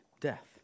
death